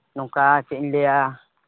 ᱱᱚᱝᱠᱟ ᱪᱮᱫ ᱤᱧ ᱞᱟᱹᱭᱟ